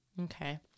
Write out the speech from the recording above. Okay